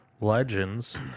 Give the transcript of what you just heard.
legends